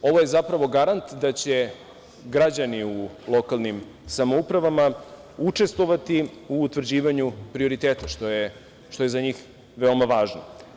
Ovo je zapravo garant da će građani u lokalnim samoupravama učestvovati u utvrđivanju prioriteta što je za njih veoma važno.